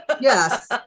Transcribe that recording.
Yes